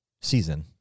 season